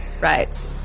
Right